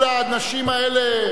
כל האנשים האלה,